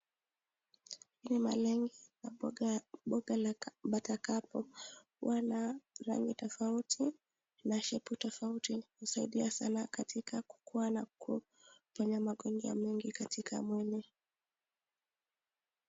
Hii ni malenge na mboga ya batakapu. Hua na rangi tofauti na shepu tofauti. Husaidia sanaa katika kukua na huponya magonjwa mengi katika mwili.